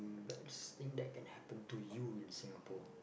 best thing that can happened to you in Singapore